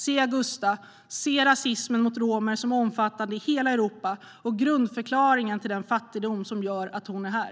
Se Agusta, och se rasismen mot romer, som är omfattande i hela Europa och grundförklaringen till den fattigdomen som gör att hon är här!